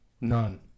None